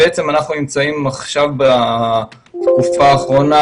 בעצם אנחנו נמצאים עכשיו בתקופה האחרונה